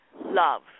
love